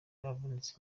yavunitse